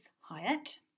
Hyatt